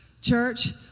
Church